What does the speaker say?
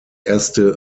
erste